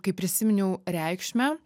kai prisiminiau reikšmę